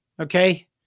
Okay